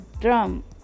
drum